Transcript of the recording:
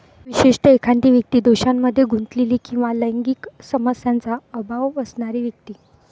विशेषतः, एखादी व्यक्ती दोषांमध्ये गुंतलेली किंवा लैंगिक संयमाचा अभाव असणारी व्यक्ती